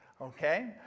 Okay